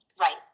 right